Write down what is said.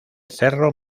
cerro